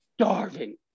starving